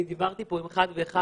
אני דיברתי עם כמה מהם,